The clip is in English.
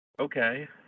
Okay